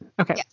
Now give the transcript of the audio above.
Okay